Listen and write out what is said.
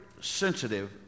sensitive